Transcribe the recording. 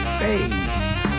face